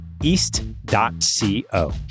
east.co